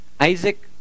Isaac